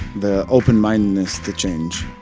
the open-mindedness to change.